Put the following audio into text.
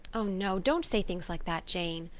oh, no, don't say things like that, jane,